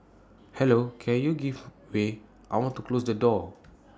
hello can you give way I want to close the door